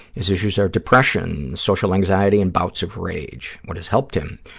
his issues are depression, social anxiety and bouts of rage. what has helped him?